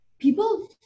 people